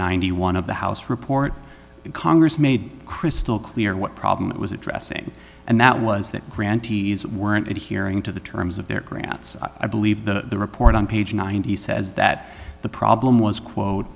ninety one of the house report congress made crystal clear what problem it was addressing and that was that grantees weren't hearing to the terms of their grants i believe that the report on page ninety says that the problem was quote